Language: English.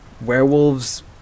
werewolves